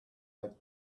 that